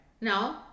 No